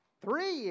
Three